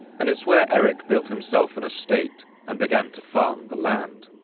and it's where erik built himself an estate and began to farm the land.